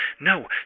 No